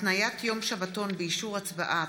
התניית יום שבתון באישור הצבעה),